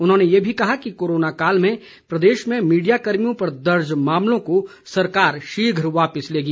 उन्होंने ये भी कहा कि कोरोना काल में प्रदेश में मीडिया कर्मियों पर दर्ज मामलों को सरकार शीघ्र वापिस लेगी